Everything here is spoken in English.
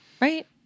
Right